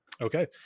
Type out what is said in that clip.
Okay